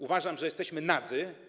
Uważam, że jesteśmy nadzy.